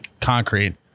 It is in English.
concrete